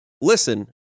listen